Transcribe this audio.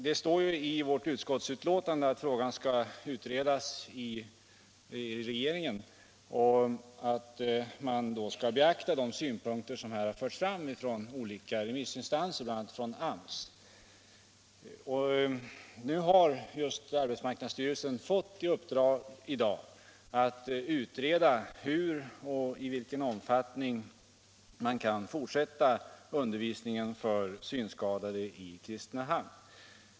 Det står i vårt utskottsbetänkande att frågan utreds av regeringen och att man därvid skall beakta de synpunkter som förts fram från olika remissinstanser, bl.a. från AMS. Arbetsmarknadsstyrelsen har just i dag fått i uppdrag att utreda hur och i vilken omfattning man kan fortsätta undervisningen för synskadade i Kristinehamn.